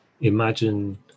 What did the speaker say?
imagine